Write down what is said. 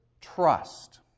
trust